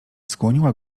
skłoniła